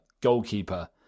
goalkeeper